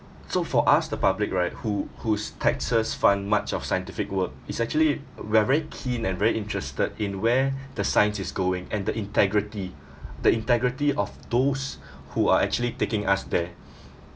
so for us the public right who who's taxes fund much of scientific work is actually we are very keen and very interested in where the science is going and the integrity the integrity of those who are actually taking us there